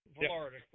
Florida